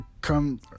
come